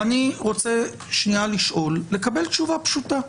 אני רוצה לקבל תשובה פשוטה.